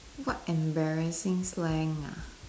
what embarrassing slang ah